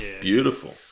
beautiful